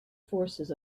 forces